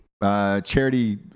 Charity